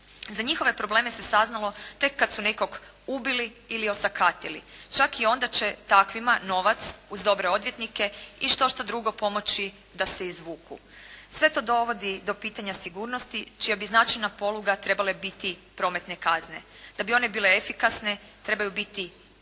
Za njihove probleme se saznalo tek kada su nekoga ubili ili osakatili. Čak i onda će takvima novac uz dobre odvjetnike i štošta drugo pomoći da se izvuku. Sve to dovodi do pitanja sigurnosti čija bi značajna poluga trebale biti prometne kazne. Da bi one bile efikasne trebaju biti i